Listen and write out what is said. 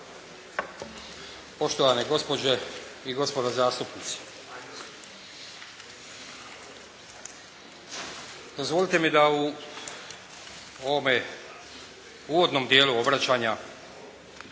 Poštovane gospođe i gospodo zastupnici.